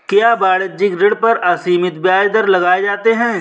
क्या वाणिज्यिक ऋण पर असीमित ब्याज दर लगाए जाते हैं?